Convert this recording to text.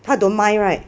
他 don't mind [right]